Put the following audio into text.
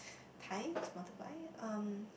times multiply um